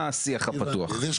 דווקא בגלל היעדים הגבהים,